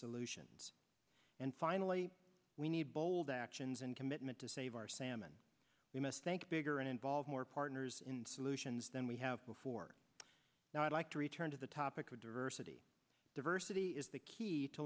solutions and finally we need bold actions and commitment to save our salmon we must think bigger and involve more partners in solutions than we have before now i'd like to return to the topic of diversity diversity is the key to